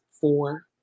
four